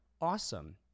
awesome